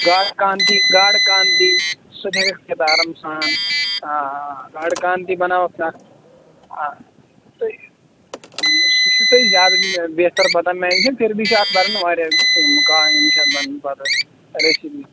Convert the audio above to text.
گاڈٕ کانتی گاڈٕ کانتی سُہ تہِ ہیکھ کھٮ۪تھ آرام سان آ آ گاڈٕ کانتی بَناوکھ ژٕ اَتھ آ أسۍ چھِ سُہ چھُو تۄہہِ زیادٕ بہتر پتاہ مےٚ دوٚپ تِم تہِ چھِ اَتھ بنن واریاہ مکامہِ چھِ بَنن پَتہٕ ریسیپی